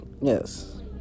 yes